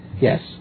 Yes